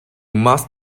must